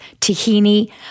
tahini